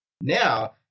Now